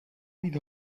být